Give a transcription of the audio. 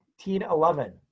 1911